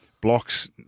blocks